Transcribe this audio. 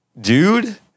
Dude